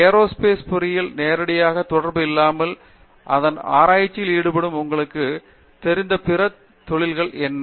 aerospace பொரியலில் நேரடியாக தொடர்பு இல்லாமல் அதன் ஆராய்ச்சியில் ஈடுபடும் உங்களுக்குத் தெரிந்த பிற தொழில்கள் என்ன